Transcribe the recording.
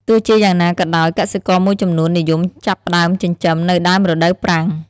ទោះជាយ៉ាងណាក៏ដោយ កសិករមួយចំនួននិយមចាប់ផ្តើមចិញ្ចឹមនៅដើមរដូវប្រាំង។